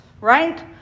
right